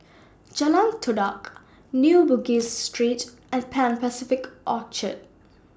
Jalan Todak New Bugis Street and Pan Pacific Orchard